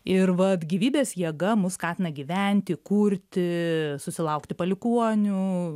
ir vat gyvybės jėga mus skatina gyventi kurti susilaukti palikuonių